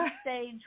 stage